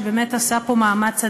שעשה פה מאמץ אדיר.